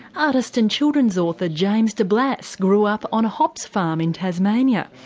artist and children's author james de blas grew up on a hops farm in tasmania.